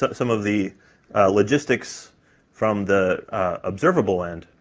but some of the logistics from the observable end,